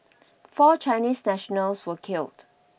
four Chinese nationals were killed